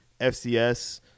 FCS